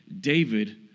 David